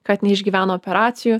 kad neišgyvena operacijų